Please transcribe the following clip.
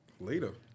Later